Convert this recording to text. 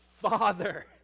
father